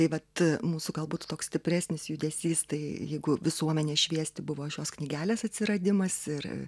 tai vat mūsų galbūt toks stipresnis judesys tai jeigu visuomenę šviesti buvo šios knygelės atsiradimas ir